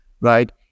right